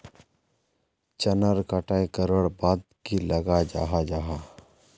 चनार कटाई करवार बाद की लगा जाहा जाहा?